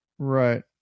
right